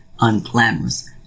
unglamorous